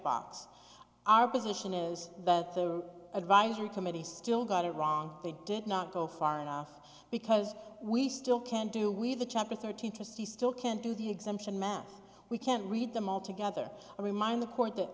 box our position is that the advisory committee still got it wrong they did not go far enough because we still can't do we have a chapter thirteen to see still can't do the exemption math we can't read them all together i remind the court that